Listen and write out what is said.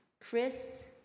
Chris